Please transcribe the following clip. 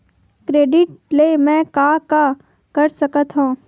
Credit ले मैं का का कर सकत हंव?